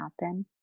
happen